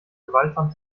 gewaltsam